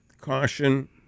caution